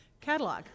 catalog